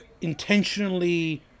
intentionally